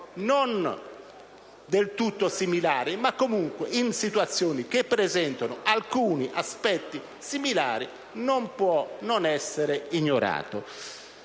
non del tutto similari, ma comunque in situazioni che presentano alcuni aspetti similari, non può essere ignorato.